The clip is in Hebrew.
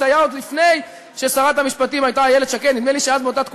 זה היה עוד לפני שאיילת שקד נהייתה שרת המשפטים,